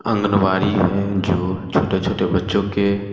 आंगनबाड़ी है जो छोटे छोटे बच्चों के